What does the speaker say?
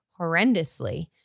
horrendously